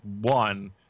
one